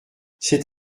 c’est